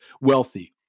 wealthy